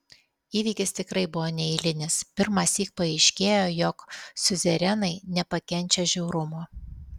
įvykis tikrai buvo neeilinis pirmąsyk paaiškėjo jog siuzerenai nepakenčia žiaurumo